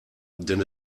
denn